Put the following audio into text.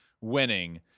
winning